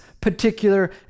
particular